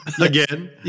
Again